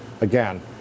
Again